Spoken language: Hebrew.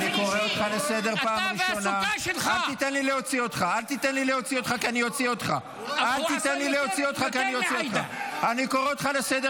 הוא לא יעמוד כאן ויגיד "טבח"